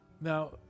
Now